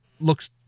looks